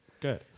Good